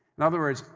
in other words,